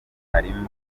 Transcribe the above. harimo